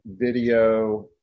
video